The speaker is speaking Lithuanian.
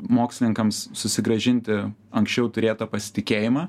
mokslininkams susigrąžinti anksčiau turėtą pasitikėjimą